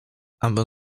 abym